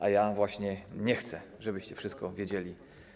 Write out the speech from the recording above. A ja właśnie nie chcę, żebyście wszystko wiedzieli.